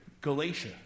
Galatia